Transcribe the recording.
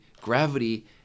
Gravity